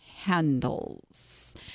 handles